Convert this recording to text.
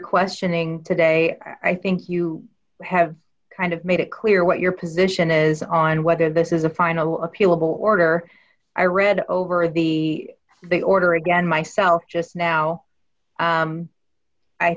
questioning today i think you have kind of made it clear what your position is on whether this is a final appealable order i read over the the order again myself just now